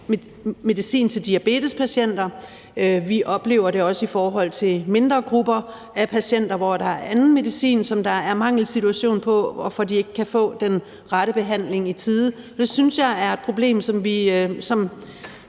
medicin til diabetespatienter. Vi oplever det også i forhold til mindre grupper af patienter, hvor der er en mangelsituation i forhold til anden medicin, hvorfor de ikke kan få den rette behandling i tide. Det er et problem, som